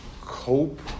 cope